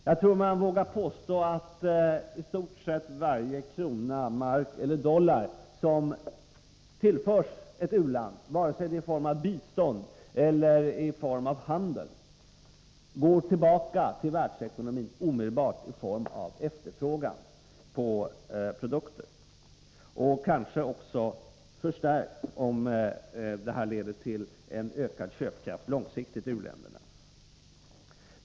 Jag tror man vågar påstå att i stort sett varje krona, mark eller dollar som tillförs ett u-land, vare sig det är i form av bistånd eller handel, omedelbart går tillbaka till världsekonomin i form av efterfrågan på produkter, kanske också ännu starkare om det här långsiktigt leder till en ökning av köpkraften i u-länderna.